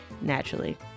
naturally